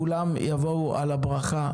כולם יבואו על הברכה.